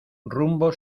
rumbo